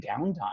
downtime